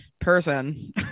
person